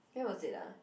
where was it ah